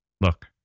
Look